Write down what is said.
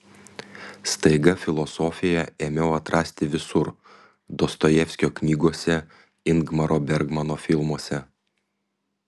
staiga filosofiją ėmiau atrasti visur dostojevskio knygose ingmaro bergmano filmuose